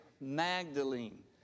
Magdalene